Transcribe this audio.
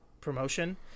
promotion